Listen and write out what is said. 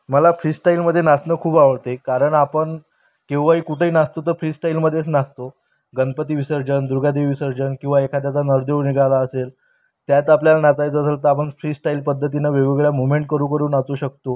मला फ्रीस्टाईलमध्ये नाचणं खूप आवडते कारण आपण केव्हाही कुठेही नाचतो तर फ्रीस्टाईलमध्येच नाचतो गणपती विसर्जन दुर्गादेवी विसर्जन किंवा एखाद्याचा नरदेव निघाला असेल त्यात आपल्याला नाचायचं असेल तर आपण फ्रीस्टाईल पद्धतीनं वेगवेगळ्या मूव्हमेंट करू करू नाचू शकतो